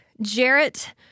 Jarrett